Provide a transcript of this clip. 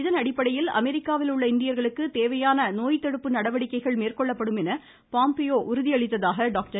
இதன் அடிப்படையில் அமெரிக்காவில் உள்ள இந்தியர்களுக்கு தேவையான நோய் தடுப்பு நடவடிக்கைகள் மேற்கொள்ளப்படும் என்று பாம்பியோ உறுதியளித்ததாக டாக்டர்